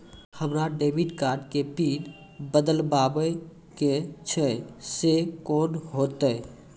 हमरा debit card के PIN बदलबावै के छैं से कौन होतै?